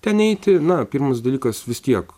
ten eiti na pirmas dalykas vis tiek